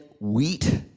Wheat